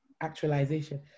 actualization